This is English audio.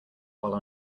while